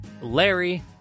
Larry